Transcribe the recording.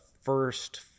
first